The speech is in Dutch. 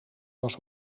was